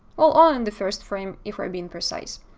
all ah in the first frame, if we're being precise.